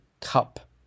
Cup